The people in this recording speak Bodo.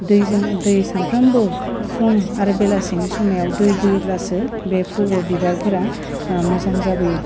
दैजों दै सामफ्रामबो फुं आरो बेलासिनि समायाव दै होयोब्लासो बे फुल बिबारफोरा मोजां जाबोयो